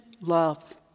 love